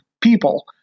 people